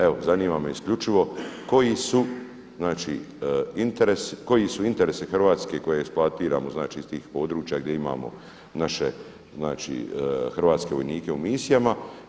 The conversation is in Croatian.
Evo, zanima me isključivo koji su znači interesi, koji su interesi Hrvatske koje eksploatiramo znači iz tih područja gdje imamo naše znači hrvatske vojnike u misijama.